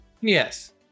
Yes